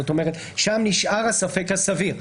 זאת אומרת, שם נשאר הספק הסביר,